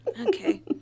Okay